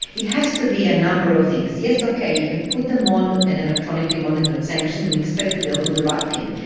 it has to be a number of things. yes, okay, you can put them on an electronically monitored sanction and expect that they'll do the right thing.